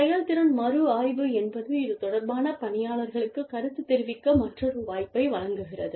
செயல்திறன் மறு ஆய்வு என்பது இது தொடர்பான பணியாளர்களுக்குக் கருத்து தெரிவிக்க மற்றொரு வாய்ப்பை வழங்குகிறது